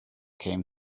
came